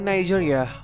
Nigeria